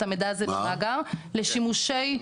המידע הזה במאגר לשימושי רשות האוכלוסין.